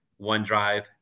OneDrive